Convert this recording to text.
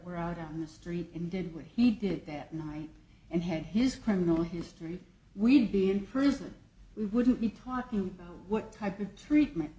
were out on the street and did what he did that night and had his criminal history we'd be in prison we wouldn't be talking about what type of treatment